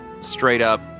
straight-up